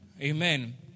Amen